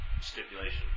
stipulation